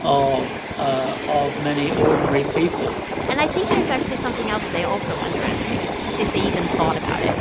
of ah of many ordinary people and i think there's actually something else they also underestimated, if they even thought about it,